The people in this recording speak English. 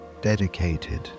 dedicated